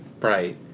right